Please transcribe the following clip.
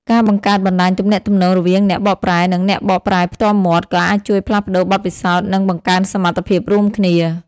ការបង្កើតបណ្តាញទំនាក់ទំនងរវាងអ្នកបកប្រែ និងអ្នកបកប្រែផ្ទាល់មាត់ ក៏អាចជួយផ្លាស់ប្តូរបទពិសោធន៍ និងបង្កើនសមត្ថភាពរួមគ្នា។